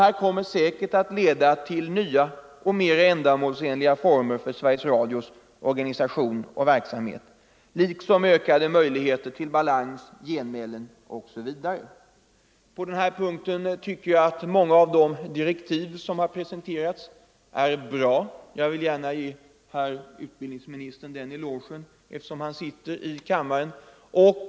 De kan säkert leda till nya och mer ändamålsenliga former för Sveriges Radios organisation och verksamhet liksom till ökade möjligheter till balans, genmälen osv. På den punkten är en del av de direktiv som har presenterats bra. Jag vill gärna ge herr utbildningsministern den elogen, eftersom han nu sitter i kammaren.